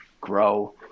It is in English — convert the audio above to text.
grow